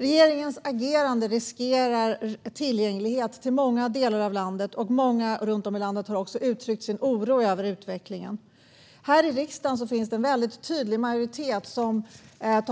Regeringens agerande äventyrar tillgängligheten till många delar av landet, och många runt om i landet har också uttryckt sin oro över utvecklingen. Här i riksdagen finns det en väldigt tydlig majoritet som inte